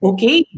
Okay